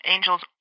Angels